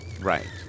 Right